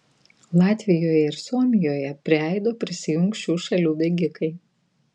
latvijoje ir suomijoje prie aido prisijungs šių šalių bėgikai